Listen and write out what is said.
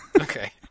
Okay